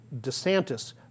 DeSantis